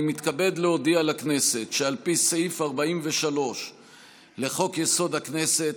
אני מתכבד להודיע לכנסת שעל פי סעיף 43 לחוק-יסוד: הכנסת,